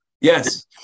Yes